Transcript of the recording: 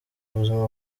buzima